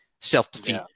self-defeat